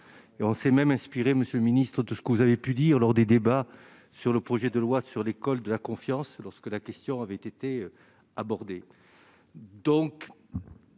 on s'est même inspiré, Monsieur le Ministre, tout ce que vous avez pu dire lors des débats sur le projet de loi sur l'école de la confiance, et lorsque la question avait été abordée,